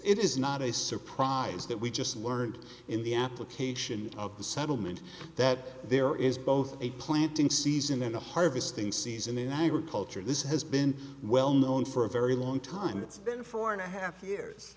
it is not a surprise that we just learned in the application of the settlement that there is both a planting season and a harvesting season in agriculture this has been well known for a very long time it's been four and a half years